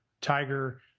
Tiger